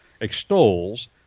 extols